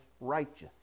righteous